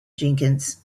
jenkins